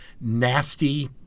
nasty